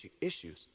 issues